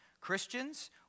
christians